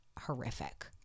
horrific